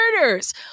murders